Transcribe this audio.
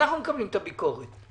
אנחנו מקבלים את הביקורת.